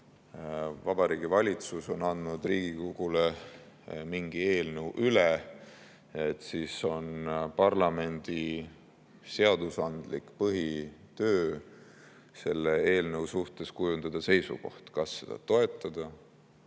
Vabariigi Valitsus on andnud Riigikogule mingi eelnõu üle, siis on parlamendi seadusandlik põhitöö selle eelnõu suhtes kujundada seisukoht: seda toetada,